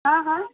हँ हँ